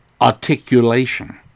articulation